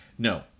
No